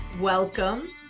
Welcome